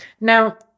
Now